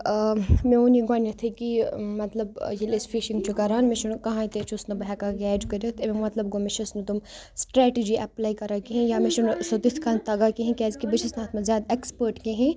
ٲں مےٚ ووٚن یہِ گۄڈٕنیٚتھٕے کہِ یہِ مطلب ٲں ییٚلہِ أسۍ فِشِنٛگ چھِ کَران مےٚ چھُنہٕ کٕہٲنۍ تہِ چھُس نہٕ بہٕ ہیٚکان کیچ کٔرِتھ امیک مطلب گوٚو مےٚ چھَس نہٕ تِم سٹرٛیٹجی ایٚپلاے کَران کہیٖنۍ یا مےٚ چھُنہٕ سُہ تِتھ کَنۍ تَگان کہیٖنۍ کیازِکہِ بہٕ چھَس نہٕ اَتھ منٛز زیادٕ ایٚکٕسپٲرٹ کہیٖنۍ